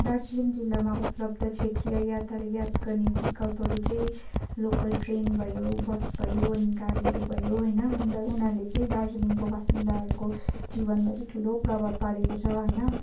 दार्जिलिङ जिल्लामा उपलब्ध क्षेत्रीय यातायात गर्ने विकल्पहरू चाहिँ लोकल ट्रेन भयो बस भयो अनि गाडीहरू भयो होइन अन्त उनीहरू चाहिँ दार्जिलिङको वासिन्दाहरूको जीवनमा चाहिँ ठुलो प्रभाव पारेको छ होइन